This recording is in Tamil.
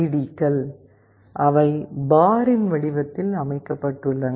டிக்கள் அவை பாரின் வடிவத்தில் வடிவமைக்கப்பட்டுள்ளன